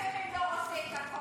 הסמל לא עושה את הכול.